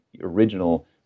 original